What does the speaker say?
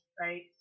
right